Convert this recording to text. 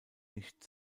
nicht